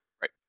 Right